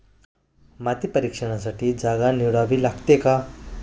माती परीक्षणासाठी जागा निवडावी लागते का?